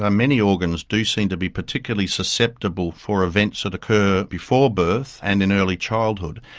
um many organs do seem to be particularly susceptible for events that occur before birth and in early childhood,